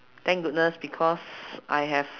thank goodness because I have